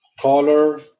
color